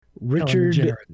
Richard